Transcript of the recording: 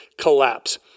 collapse